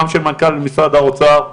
גם של מנכ"ל משרד האוצר,